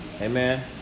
Amen